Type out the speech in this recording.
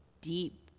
deep